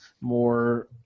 more